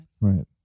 Right